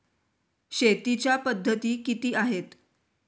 शेतीच्या पद्धती किती आहेत?